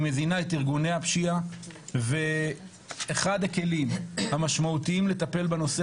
היא מזינה את ארגוני הפשיעה ואחד הכלים המשמעותיים לטפל בנושא